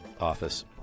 office